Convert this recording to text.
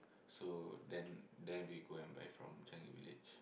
so then then we go and buy from Changi Village